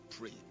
pray